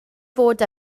fod